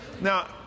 Now